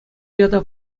ята